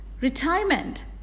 retirement